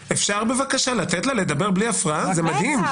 מהדין הפנימי של המדינה.